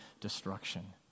destruction